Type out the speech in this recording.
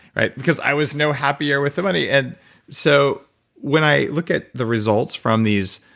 right? because i was no happier with the money and so when i look at the results from these,